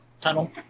tunnel